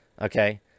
okay